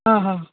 ಹಾಂ ಹಾಂ